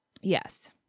Yes